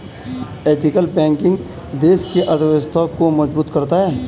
ethical banking देश की अर्थव्यवस्था को मजबूत करता है